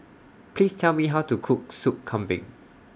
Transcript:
Please Tell Me How to Cook Sop Kambing